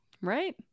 Right